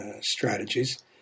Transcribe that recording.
strategies